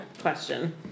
question